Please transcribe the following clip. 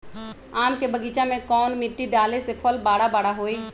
आम के बगीचा में कौन मिट्टी डाले से फल बारा बारा होई?